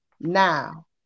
now